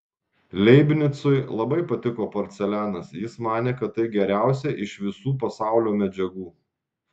leibnicui labai patiko porcelianas jis manė kad tai geriausia iš visų pasaulio medžiagų